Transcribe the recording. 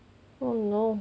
oh no